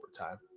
overtime